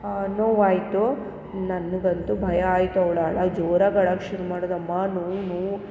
ನೋವಾಯಿತು ನನ್ಗಂತೂ ಭಯ ಆಯಿತು ಅವಳ ಅಳು ಜೋರಾಗಿ ಅಳೋಕೆ ಶುರು ಮಾಡಿದ್ಲು ಅಮ್ಮ ನೋವು ನೋವು